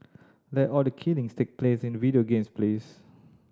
let all the killings take place in video games please